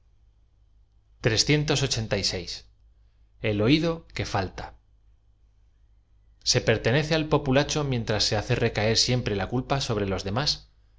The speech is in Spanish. l oido que falta s e pertenece al populacho mientras se hace recaer siempre la culpa sobre los demás